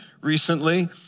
recently